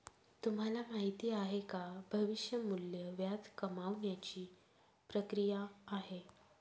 तुम्हाला माहिती आहे का? भविष्य मूल्य व्याज कमावण्याची ची प्रक्रिया आहे